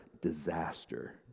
disaster